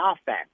offense